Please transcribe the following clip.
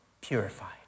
purified